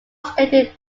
stated